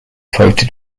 quoted